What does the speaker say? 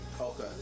Okay